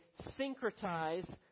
syncretize